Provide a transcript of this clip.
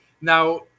now